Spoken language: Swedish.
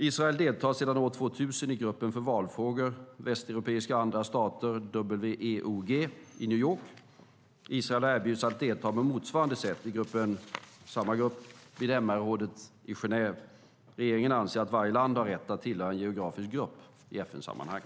Israel deltar sedan år 2000 i gruppen för valfrågor, Västeuropeiska och andra stater - WEOG - i New York. Israel har erbjudits att delta på motsvarande sätt i samma grupp vid MR-rådet i Genève. Regeringen anser att varje land har rätt att tillhöra en geografisk grupp i FN-sammanhang.